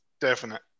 definite